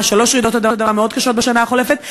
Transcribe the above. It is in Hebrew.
שלוש רעידות אדמה מאוד קשות בשנה החולפת.